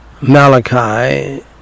Malachi